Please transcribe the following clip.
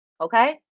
Okay